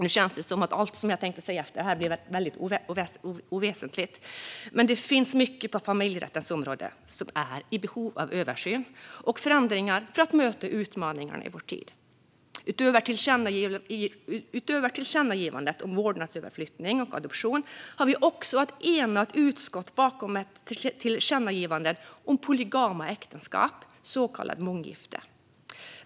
Nu känns det som att allt som jag tänkte säga efter det här blir väldigt oväsentligt. Men det finns mycket på familjerättens område som är i behov av översyn och förändringar för att möta utmaningarna i vår tid. Utöver tillkännagivandet om vårdnadsöverflyttning och adoption har vi också ett enat utskott bakom ett tillkännagivande om polygama äktenskap, så kallat månggifte.